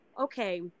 okay